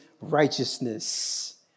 righteousness